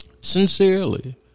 sincerely